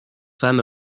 femme